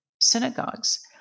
synagogues